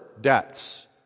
debts